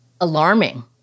alarming